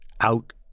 out